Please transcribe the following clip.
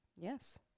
Yes